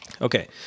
Okay